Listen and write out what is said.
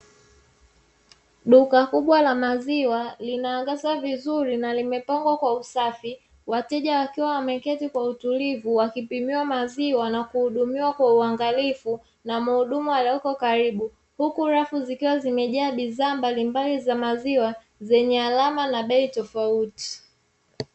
Duka kubwa la maziwa linaangaza vizuri na limepangwa kwa usafi, wateja wakiwa wameketi kwa utulivu wakipimiwa maziwa na kuhudumiwa kwa uangalifu na mhudumu aliyeko karibu, huku rafu zikiwa zimejaa bidhaa mbalimbali za maziwa zenye alama na bei tofauti.